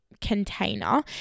container